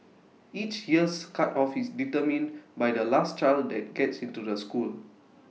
each year's cut off is determined by the last child that gets into the school